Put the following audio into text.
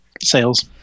sales